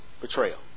betrayal